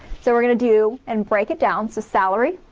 so we're gonna do and break it down. so salary,